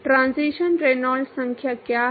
transition Reynolds संख्या क्या है